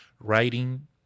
writing